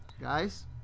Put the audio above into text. Guys